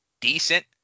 decent